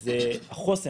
זה החוסן.